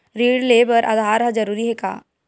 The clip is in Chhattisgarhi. ऋण ले बर आधार ह जरूरी हे का?